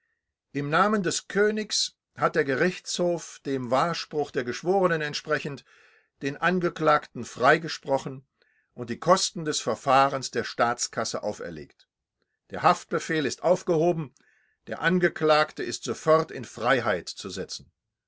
im namen des königs hat der gerichtshof dem wahrspruch der geschworenen entsprechend den angeklagten freigesprochen und die kosten des verfahrens der staatskasse auferlegt der haftbefehl ist aufgehoben der angeklagte ist sofort in freiheit zu setzen